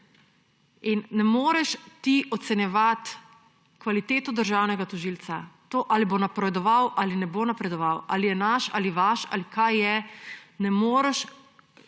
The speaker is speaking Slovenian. In ne moreš ti ocenjevati kvaliteto državnega tožilca; to, ali bo napredoval ali ne bo napredoval, ali je naš, ali vaš, ali kaj je. Ne moreš